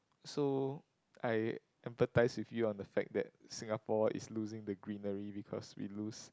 so I empathise with you on the fact that Singapore is losing the greenery because we lose